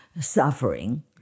suffering